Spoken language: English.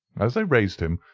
as they raised him,